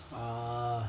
uh